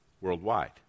worldwide